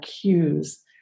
cues